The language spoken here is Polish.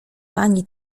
pani